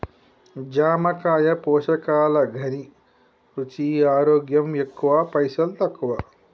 జామకాయ పోషకాల ఘనీ, రుచి, ఆరోగ్యం ఎక్కువ పైసల్ తక్కువ